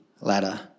ladder